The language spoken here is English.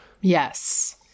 Yes